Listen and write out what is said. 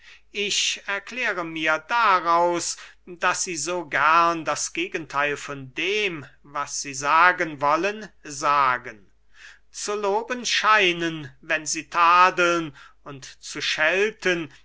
ich erkläre mir daraus daß sie so gern das gegentheil von dem was sie sagen wollen sagen zu loben scheinen wenn sie tadeln und zu schelten